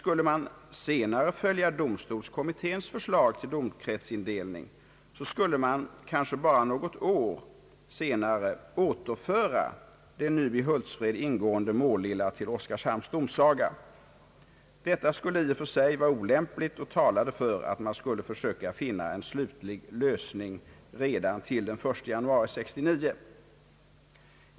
Skulle man senare följa domstolskommitténs förslag till domkretsindelning, skulle man kanske bara något år senare återföra det nu i Hultsfred ingående Målilla till Oskarshamns domsaga. Detta skulle i och för sig vara olämpligt och talade för att man skulle försöka finna en slutlig lösning redan till den 1 januari 1969.